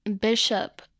Bishop